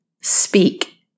speak